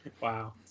Wow